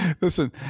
Listen